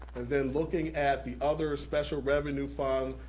and then looking at the other special revenue fund,